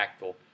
impactful